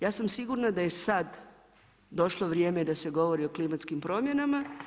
Ja sam sigurna da je sad došlo vrijeme da se govori o klimatskim promjenama.